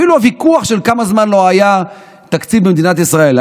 אפילו הוויכוח של כמה זמן לא היה תקציב במדינת ישראל,